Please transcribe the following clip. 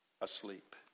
asleep